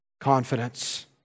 Confidence